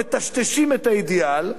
מטשטשים את האידיאל,